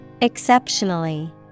Exceptionally